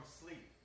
sleep